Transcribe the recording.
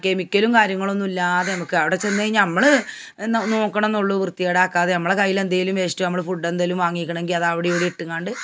കെമിക്കലും കാര്യങ്ങളൊന്നും ഇല്ലാതെ നമുക്ക് അവിടെ ചെന്നു കഴിഞ്ഞാൽ അമ്മൾ നൊ നോക്കണമെന്നുള്ളൂ വൃത്തിക്കേടാക്കാതെ അമ്മളെ കൈയിലെന്തെങ്കിലും വേസ്റ്റോ അമ്മൾ ഫുഡ്ഡെന്തെങ്കിലും വാങ്ങിക്കണമെങ്കിൽ അത് അവിടെ ഇവിടെയും ഇട്ട്ങ്ങാണ്ട്